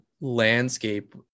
landscape